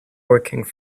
working